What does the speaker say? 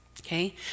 Okay